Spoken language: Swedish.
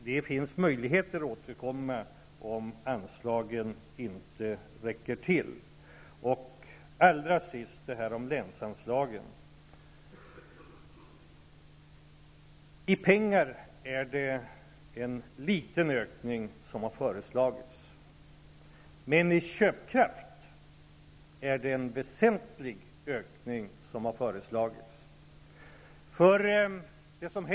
Det finns möjligheter att återkomma om anslaget inte räcker till Allra sist till länsanslagen. I pengar är det en liten ökning som har föreslagits, men i köpkraft är det en väsentlig ökning.